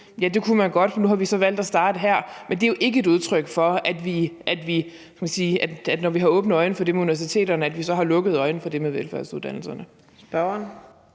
Ja, det kunne man godt. Nu har vi så valgt at starte her, men det er jo ikke et udtryk for, at vi, når vi har åbne øjne for det med universiteterne, så har lukkede øjne for det med velfærdsuddannelserne,